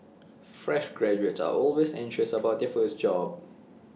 fresh graduates are always anxious about their first job